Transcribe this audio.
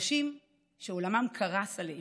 אנשים שעולמם קרס עליהם,